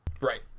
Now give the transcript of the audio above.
Right